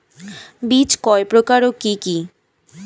বীজ কয় প্রকার ও কি কি?